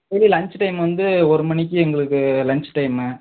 இது lunch time வந்து ஒரு மணிக்கு எங்களுக்கு லன்ச் டைம்மு